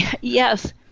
Yes